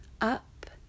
up